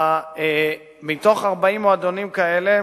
מתוך 40 מועדונים כאלה,